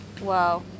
Wow